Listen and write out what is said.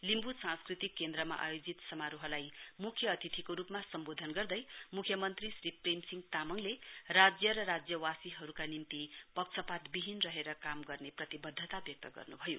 लिम्बू सांस्कृतिक केन्द्रमा आयोजित समारोहलाई मुख्य अतिथिको रूपमा सम्बोधन गर्दै मुख्यमन्त्री श्री प्रेम सिंह तामाङले राज्य र राज्यवासीहरूका निम्ति पक्षपात विहीन रहेर काम गर्ने प्रतिबद्धता व्यक्त गर्नु भयो